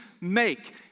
make